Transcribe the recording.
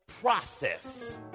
process